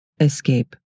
escape